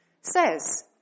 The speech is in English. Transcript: says